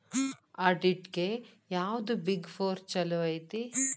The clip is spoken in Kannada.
ಆಡಿಟ್ಗೆ ಯಾವ್ದ್ ಬಿಗ್ ಫೊರ್ ಚಲೊಐತಿ?